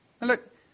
look